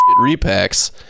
repacks